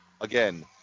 again